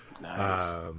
Nice